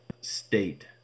state